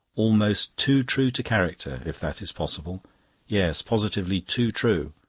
almost too true to character, if that is possible yes, positively too true.